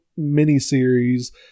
miniseries